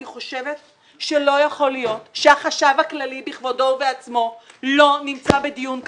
אני חושבת שלא יכול להיות שהחשב הכללי בכבודו ובעצמו לא נמצא בדיון כזה.